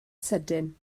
sydyn